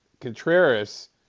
Contreras